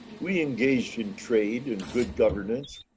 we engaged in trade and good governance.